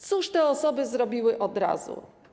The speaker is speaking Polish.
Cóż te osoby zrobiły od razu?